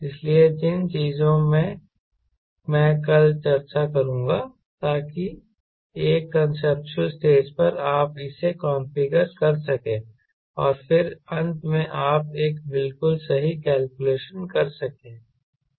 इसलिए जिन चीजों पर मैं कल चर्चा करूंगा ताकि एक कांसेप्चुअल स्टेज पर आप इसे कॉन्फ़िगर कर सकें और फिर अंत में आप एक बिल्कुल सही कैलकुलेशन कर सकें